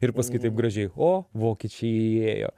ir paskui taip gražiai o vokiečiai įėjo